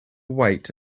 wait